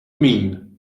mean